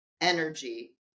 energy